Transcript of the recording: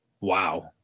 Wow